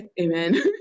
Amen